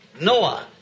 noah